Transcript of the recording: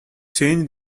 change